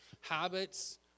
Habits